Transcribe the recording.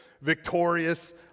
victorious